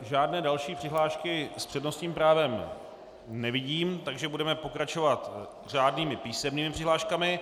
Žádné další přednášky s přednostním právem nevidím, takže budeme pokračovat řádnými písemnými přihláškami.